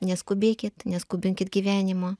neskubėkit neskubinkit gyvenimo